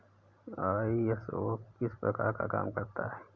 ISO किस प्रकार काम करता है